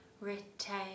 Retain